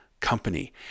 company